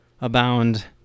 abound